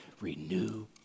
renew